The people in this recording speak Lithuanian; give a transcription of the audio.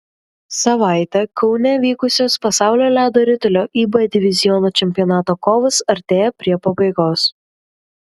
savaitę kaune vykusios pasaulio ledo ritulio ib diviziono čempionato kovos artėja prie pabaigos